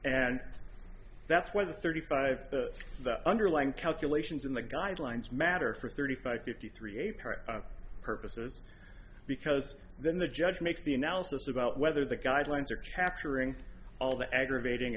and that's why the thirty five the underlying calculations in the guidelines matter for thirty five fifty three a part purposes because then the judge makes the analysis about whether the guidelines are capturing all the aggravating